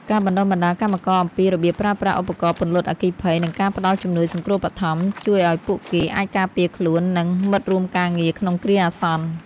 ការបណ្ដុះបណ្ដាលកម្មករអំពីរបៀបប្រើប្រាស់ឧបករណ៍ពន្លត់អគ្គិភ័យ និងការផ្ដល់ជំនួយសង្គ្រោះបឋម ជួយឱ្យពួកគេអាចការពារខ្លួន និងមិត្តរួមការងារក្នុងគ្រាអាសន្ន។